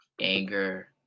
anger